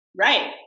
right